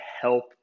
help